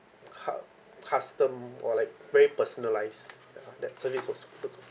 cu~ custom or like very personalised ya that service was good